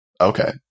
Okay